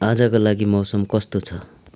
आजका लागि मौसम कस्तो छ